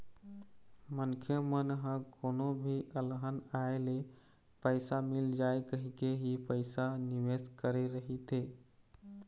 मनखे मन ह कोनो भी अलहन आए ले पइसा मिल जाए कहिके ही पइसा निवेस करे रहिथे